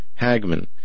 Hagman